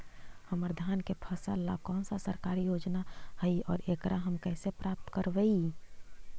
हमर धान के फ़सल ला कौन सा सरकारी योजना हई और एकरा हम कैसे प्राप्त करबई?